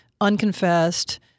unconfessed